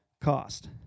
cost